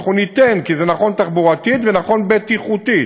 אנחנו ניתן, כי זה נכון תחבורתית ונכון בטיחותית,